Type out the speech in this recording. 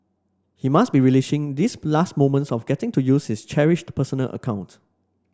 he must be relishing these last moments of getting to use his cherished personal account